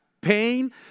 pain